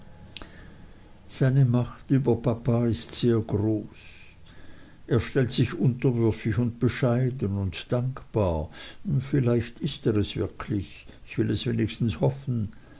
seine macht über papa ist sehr groß er stellt sich unterwürfig und bescheiden und dankbar vielleicht ist er es wirklich ich will es wenigstens hoffen